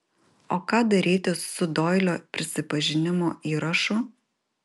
o ką daryti su doilio prisipažinimo įrašu